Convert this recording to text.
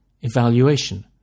Evaluation